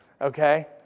Okay